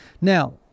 Now